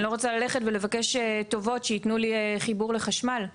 אני לא רוצה ללכת ולבקש טובות שיתנו לי חיבור לחשמל,